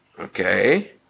Okay